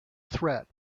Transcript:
threat